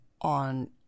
on